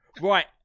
right